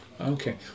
Okay